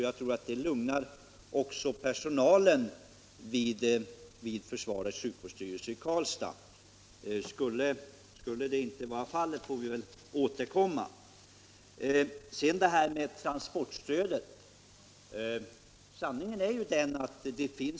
Jag tror att det också lugnar personalen vid försvarets sjukvårdsstyrelse i Karlstad; men skulle så inte bli fallet får vi väl återkomma. Sanningen om transportstödet är att det finns en utredning som vi hoppas kommer att resultera i att trafikstöd införs då det gäller Vänern.